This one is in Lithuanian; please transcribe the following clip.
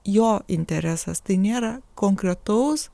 jo interesas tai nėra konkretaus